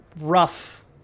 rough